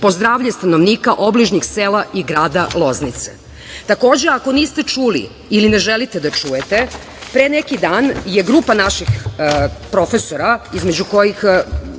po zdravlje stanovnika obližnjih sela i grada Loznice. Takođe, ako niste čuli i ne želite da čujete, pre neki dan je grupa naših profesora između kojih,